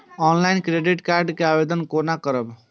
Online credit card के आवेदन कोना करब?